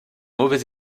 mauvais